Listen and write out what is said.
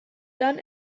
dann